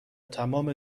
تمام